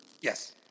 Yes